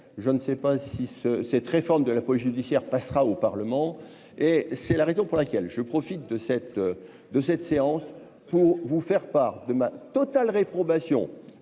je ne sais pas si ce cette réforme de la police judiciaire passera au Parlement, et c'est la raison pour laquelle je profite de cette, de cette séance pour vous faire part de ma totale réprobation